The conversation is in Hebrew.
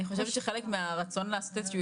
אני חושבת שחלק מהרצון לעשות איזה שהוא